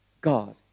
God